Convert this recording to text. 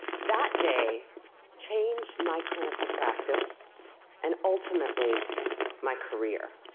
that day changed my clinical practice and ultimately my career.